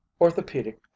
Orthopedic